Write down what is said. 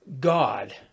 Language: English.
God